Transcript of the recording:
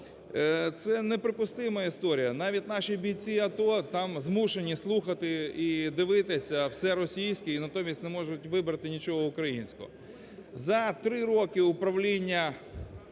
Це неприпустима історія. Навіть наші бійці АТО там змушені слухати і дивитися все російське, і натомість не можуть вибрати нічого українського. За три роки управління